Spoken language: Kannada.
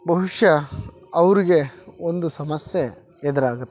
ಬಹುಶ ಅವರಿಗೆ ಒಂದು ಸಮಸ್ಯೆ ಎದುರಾಗುತ್ತೆ